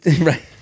Right